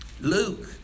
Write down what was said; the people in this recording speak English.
Luke